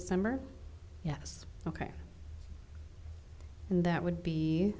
december yes ok and that would be